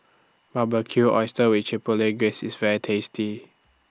Barbecued Oysters with Chipotle Glaze IS very tasty